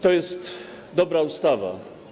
To jest dobra ustawa.